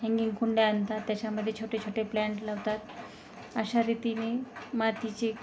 hanging कुंड्या आणतात त्याच्यामध्ये छोटे छोटे प्लँट लावतात अशा रीतीने मातीचे